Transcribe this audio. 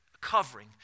covering